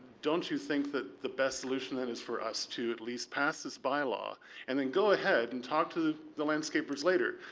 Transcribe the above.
don't you think that the best solution that is for us to at least pass this by law and then go ahead and talk to the landscapers later.